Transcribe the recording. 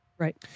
Right